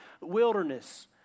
wilderness